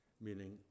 meaning